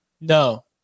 no